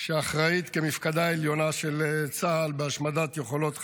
שאחראי כמפקדה עליונה של צה"ל להשמדת יכולות חמאס,